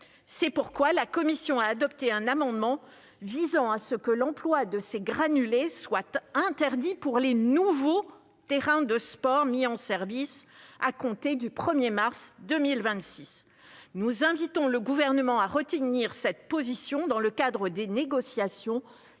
C'est pourquoi la commission a adopté un amendement visant à ce que l'emploi de ces granulés soit interdit pour les nouveaux terrains de sport mis en service à compter du 1 mars 2026. Nous invitons le Gouvernement à retenir cette position dans le cadre des négociations